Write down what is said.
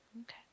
Okay